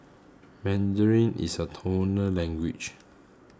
Mandarin is a tonal language